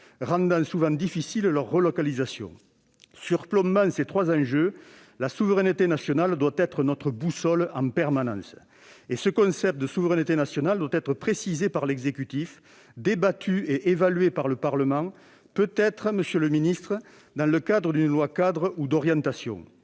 rendant souvent difficiles leurs relocalisations. Surplombant ces trois enjeux, la souveraineté nationale doit être en permanence notre boussole. Ce concept de souveraineté nationale doit être précisé par l'exécutif, débattu et évalué par le Parlement, peut-être dans le cadre d'une loi-cadre ou d'une loi d'orientation,